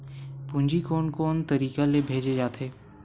पूंजी कोन कोन तरीका ले भेजे जाथे?